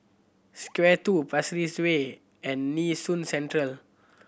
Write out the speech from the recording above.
Square Two Pasir Ris Way and Nee Soon Central